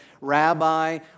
Rabbi